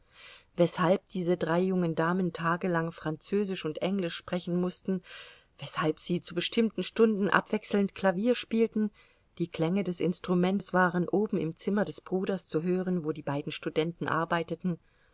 weshalb diese drei jungen damen tagelang französich und englisch sprechen mußten weshalb sie zu bestimmten stunden abwechselnd klavier spielten die klänge des instruments waren oben im zimmer des bruders zu hören wo die beiden studenten arbeiteten